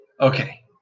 Okay